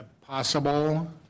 possible